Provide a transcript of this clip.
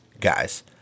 guys